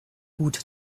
gut